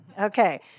Okay